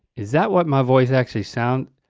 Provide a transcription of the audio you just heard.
is that what my voice actually sound?